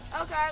Okay